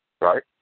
right